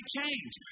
change